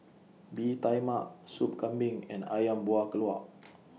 Bee Tai Mak Soup Kambing and Ayam Buah Keluak